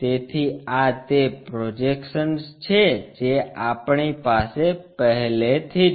તેથી આ તે પ્રોજેક્શન્સ છે જે આપણી પાસે પહેલેથી જ છે